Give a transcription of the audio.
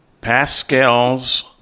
Pascal's